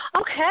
Okay